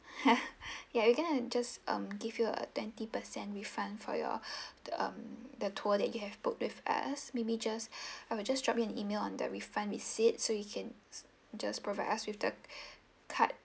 ya we're gonna to just um give you a twenty percent refund for your um the tour that you have booked with us maybe just I will just drop you an email on that refund receipt so you can just provide us with the cart